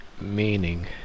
meaning